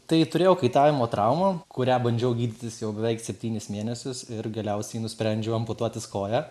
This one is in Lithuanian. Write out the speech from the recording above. tai turėjau kaitavimo traumą kurią bandžiau gydytis jau beveik septynis mėnesius ir galiausiai nusprendžiau amputuotis koją